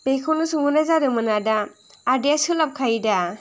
बेखौल' सोंहरनाय जादोंमोन आदा आदाया सोलाबखायो दा